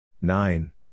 nine